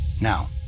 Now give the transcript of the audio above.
Now